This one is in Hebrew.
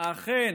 אכן